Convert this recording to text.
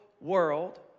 world